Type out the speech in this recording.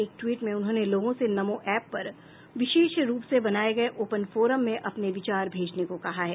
एक ट्वीट में उन्होंने लोगों से नमो एप्प पर विशेष रूप से बनाये गए ओपन फोरम में अपने विचार भेजने को कहा है